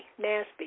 NASBY